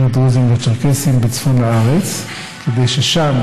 הדרוזיים והצ'רקסיים בצפון הארץ כדי ששם